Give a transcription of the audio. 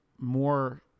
more